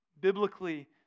Biblically